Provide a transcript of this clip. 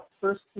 first